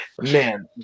Man